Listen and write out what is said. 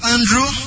Andrew